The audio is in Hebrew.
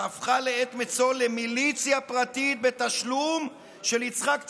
שהפכה לעת מצוא למיליציה פרטית בתשלום של יצחק תשובה,